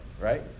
right